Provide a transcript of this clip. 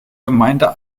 gemeinde